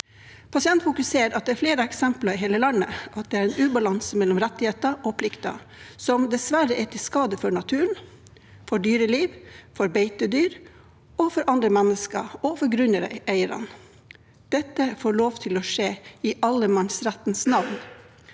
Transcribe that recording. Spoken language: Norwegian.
Pasientfokus ser at det er flere eksempler i hele landet på at det er en ubalanse mellom rettigheter og plikter som dessverre er til skade for naturen, for dyreliv, for beitedyr, for andre mennesker og for grunneierne. Dette får lov til å skje i allemannsrettens navn.